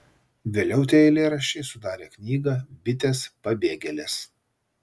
vėliau tie eilėraščiai sudarė knygą bitės pabėgėlės